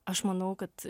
aš manau kad